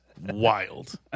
wild